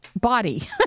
body